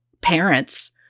parents